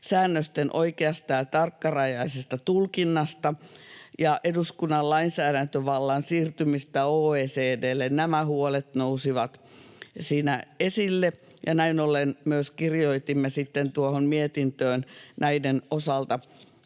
säännösten oikeasta ja tarkkarajaisesta tulkinnasta ja eduskunnan lainsäädäntövallan siirtymisestä OECD:lle nousivat siinä esille, ja näin ollen myös kirjoitimme sitten tuohon mietintöön näiden osalta